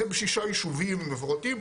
זה בשישה יישובים מפורטים,